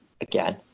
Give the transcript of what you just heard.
Again